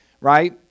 right